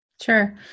Sure